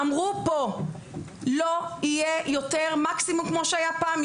אמרו שלא יהיה יותר מקסימום כמו שהיה פעם.